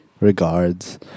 Regards